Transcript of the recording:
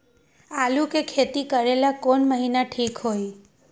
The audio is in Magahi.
आलू के खेती करेला कौन महीना ठीक होई?